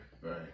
Right